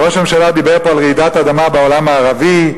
ראש הממשלה דיבר פה על רעידת אדמה בעולם הערבי,